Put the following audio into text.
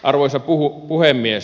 arvoisa puhemies